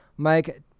Mike